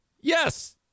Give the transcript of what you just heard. yes